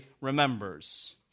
remembers